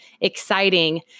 exciting